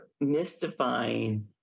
mystifying